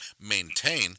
maintain